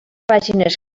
pàgines